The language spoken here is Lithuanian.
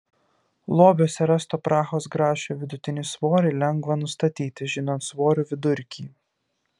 lobiuose rasto prahos grašio vidutinį svorį lengva nustatyti žinant svorių vidurkį